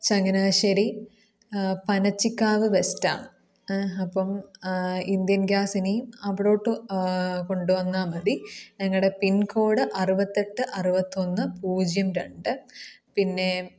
ചങ്ങനാശ്ശേരി പനച്ചിക്കാവ് വെസ്റ്റാണ് അപ്പോൾ Indian gas ഇനി അവിടോട്ട് കൊണ്ടുവന്നാൽ മതി ഞങ്ങളുടെ പിൻ കോഡ് അറുപത്തെട്ട് അറുപത്തൊന്ന് പൂജ്യം രണ്ട് പിന്നെ